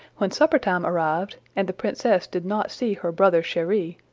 when supper-time arrived, and the princess did not see her brother cheri,